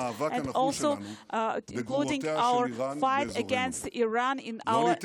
וכמוהו גם המאבק הנחוש שלנו בגרורותיה של איראן באזורנו.